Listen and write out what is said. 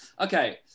Okay